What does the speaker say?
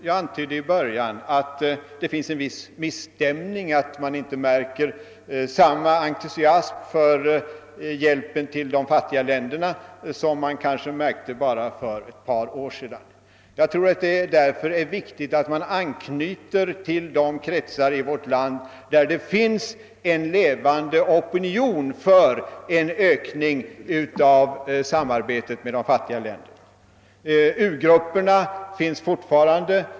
Jag antydde i början av mitt anförande att det finns en viss misstämning och att man inte märker samma entusiasm för hjälpen till de fattiga länderna som man kanske märkte för bara ett par år sedan. Därför tror jag det är viktigt att man anknyter till de kretsar i vårt land där det finns en levande opinion för en ökning av samarbetet med de fattiga länderna. U grupperna finns fortfarande.